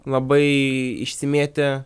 labai išsimėtę